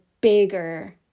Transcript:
bigger